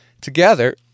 together